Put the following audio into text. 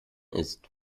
ist